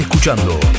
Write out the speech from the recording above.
Escuchando